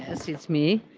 yes, it's me.